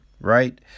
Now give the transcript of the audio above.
right